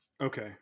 Okay